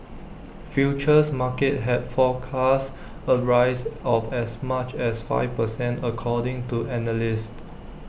futures markets had forecast A rise of as much as five per cent according to analysts